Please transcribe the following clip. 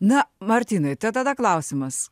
na martynai tai tada klausimas